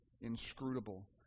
Inscrutable